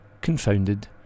confounded